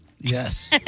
Yes